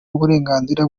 uburenganzira